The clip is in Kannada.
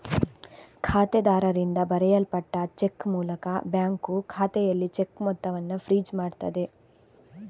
ಖಾತೆದಾರರಿಂದ ಬರೆಯಲ್ಪಟ್ಟ ಚೆಕ್ ಮೂಲಕ ಬ್ಯಾಂಕು ಖಾತೆಯಲ್ಲಿ ಚೆಕ್ ಮೊತ್ತವನ್ನ ಫ್ರೀಜ್ ಮಾಡ್ತದೆ